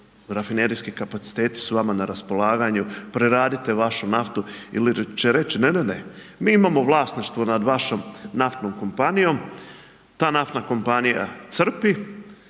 rafinerijski kapaciteti su vama na raspolaganju, preradite vašu naftu ili će reći, ne, ne, ne, mi imamo vlasništvo nad vašom naftnom kompanijom, ta naftna kompanija crpi,